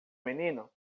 menino